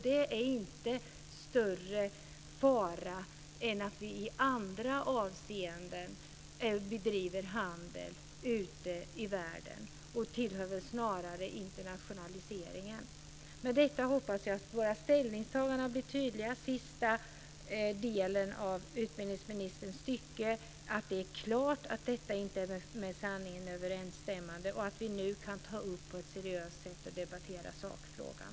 Det är inte större fara med det än med att vi i andra avseenden bedriver handel ute i världen. Det tillhör väl snarare internationaliseringen. Med detta hoppas jag att våra ställningstaganden blir tydliga när det gäller den sista delen av utbildningsministerns stycke. Det är klart att detta inte är med sanningen överensstämmande. Jag hoppas också att vi nu kan ta upp detta på ett seriöst sätt och debattera sakfrågan.